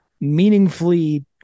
meaningfully